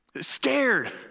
scared